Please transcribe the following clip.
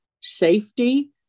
safety